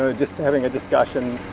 ah just having a discussion.